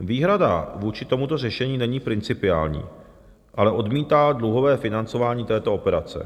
Výhrada vůči tomuto řešení není principiální, ale odmítá dluhové financování této operace.